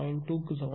2 க்கு சமம்